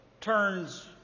turns